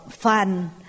Fun